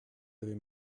avez